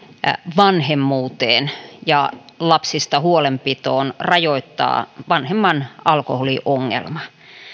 vanhemmuuteen ja huolenpitoon lapsista rajoittaa vanhemman alkoholiongelma